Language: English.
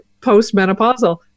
post-menopausal